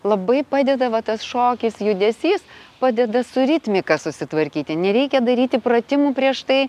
labai padeda va tas šokis judesys padeda su ritmika susitvarkyti nereikia daryti pratimų prieš tai